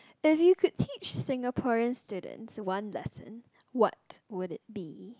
if you could teach Singaporean student one lesson what would it be